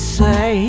say